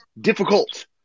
difficult